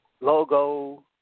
Logo